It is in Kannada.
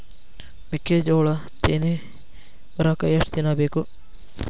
ಮೆಕ್ಕೆಜೋಳಾ ತೆನಿ ಬರಾಕ್ ಎಷ್ಟ ದಿನ ಬೇಕ್?